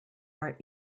our